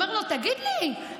שאומר לו: תגיד לי,